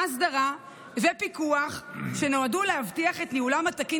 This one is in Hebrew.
אסדרה ופיקוח שנועדו להבטיח את ניהולם התקין